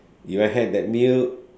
if I have that meal